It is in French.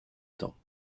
temps